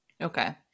Okay